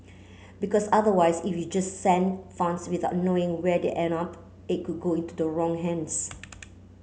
because otherwise if you just send funds without knowing where they end up it could go into the wrong hands